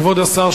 כבוד השר,